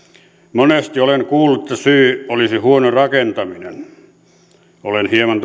monesti olen kuullut että syy olisi huono rakentaminen olen hieman